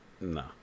No